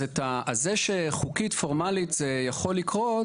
אז חוקית פורמלית זה יכול לקרות,